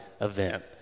event